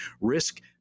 Risk